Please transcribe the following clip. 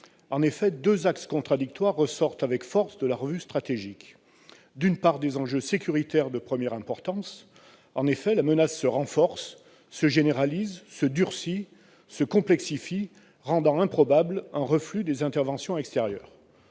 extérieurs. Deux axes contradictoires ressortent avec force de la revue stratégique : d'une part, des enjeux sécuritaires de première importance- en effet, la menace se renforce, se généralise, se durcit, se complexifie, rendant improbable un reflux des interventions extérieures